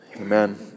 Amen